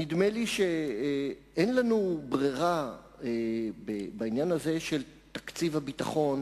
נדמה לי שאין לנו ברירה בעניין הזה של תקציב הביטחון